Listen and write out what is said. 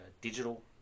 digital